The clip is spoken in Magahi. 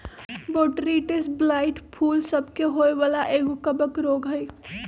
बोट्रिटिस ब्लाइट फूल सभ के होय वला एगो कवक रोग हइ